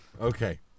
okay